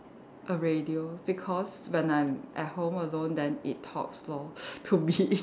a radio because when I'm at home alone then it talks lor to me